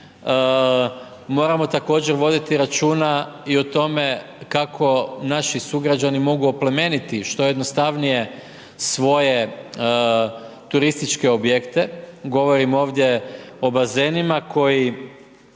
moramo također voditi računa i o tome kako naši sugrađani mogu oplemeniti što jednostavnije svoje turističke objekte. Govorim ovdje o bazenima koji,